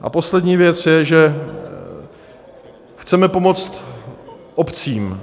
A poslední věc je, že chceme pomoct obcím.